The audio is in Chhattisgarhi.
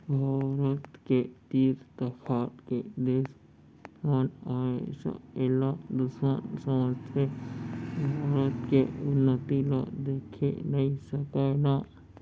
भारत के तीर तखार के देस मन हमेसा एला दुस्मन समझथें भारत के उन्नति ल देखे नइ सकय ना